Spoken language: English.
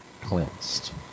cleansed